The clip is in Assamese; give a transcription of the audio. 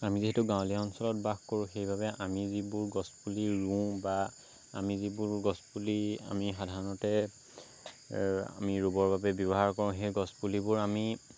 আমি যিহেতু গাঁৱলীয়া অঞ্চলত বাস কৰোঁ সেইবাবে আমি যিবোৰ গছপুলি ৰুওঁ বা আমি যিবোৰ গছপুলি আমি সাধাৰণতে আ আমি ৰুবৰ বাবে ব্য়ৱহাৰ কৰোঁ সেই গছপুলিবোৰ আমি